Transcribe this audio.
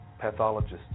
pathologist's